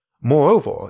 Moreover